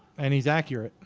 and he's accurate.